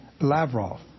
Lavrov